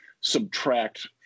subtract